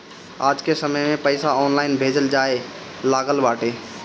आजके समय में पईसा ऑनलाइन भेजल जाए लागल बाटे